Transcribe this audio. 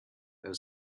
there